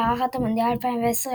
מארחת מונדיאל 2010,